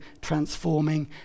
transforming